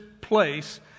place